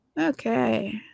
Okay